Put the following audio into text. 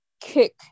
kick